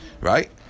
Right